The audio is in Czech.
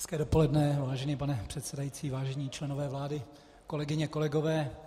Hezké dopoledne, vážený pane předsedající, vážení členové vlády, kolegyně, kolegové.